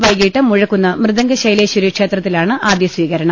വൈകീട്ട് മുഴക്കുന്ന് മൃദംഗശൈ ലേശ്വരി ക്ഷേത്രത്തിലാണ് ആദ്യസ്ഥീകരണം